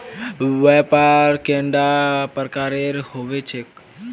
व्यापार कैडा प्रकारेर होबे चेक?